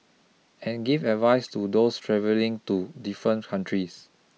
and give advice to those travelling to different countries